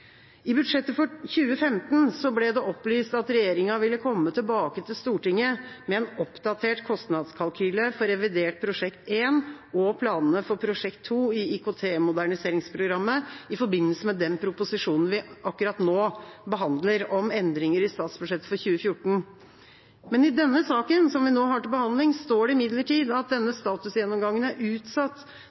I budsjettet for 2015 ble det opplyst at regjeringa ville komme tilbake til Stortinget med en oppdatert kostnadskalkyle for revidert Prosjekt 1 og planene for Prosjekt 2 i IKT-moderniseringsprogrammet i forbindelse med den proposisjonen vi akkurat nå behandler, om endringer i statsbudsjettet for 2014. I den saken som vi nå har til behandling, står det imidlertid at denne statusgjennomgangen er utsatt